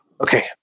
okay